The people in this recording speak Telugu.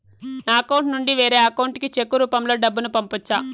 నా అకౌంట్ నుండి వేరే అకౌంట్ కి చెక్కు రూపం లో డబ్బును పంపొచ్చా?